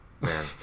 man